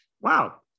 wow